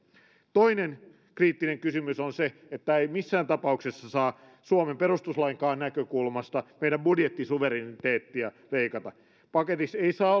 toinen kriittinen kysymys on se että ei missään tapauksessa saa suomen perustuslainkaan näkökulmasta meidän budjettisuvereniteettiamme leikata paketissa ei saa